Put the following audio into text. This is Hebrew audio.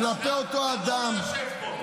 כלפי אותו אזרח --- הוא ישים פוסטר